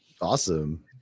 Awesome